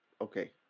Okay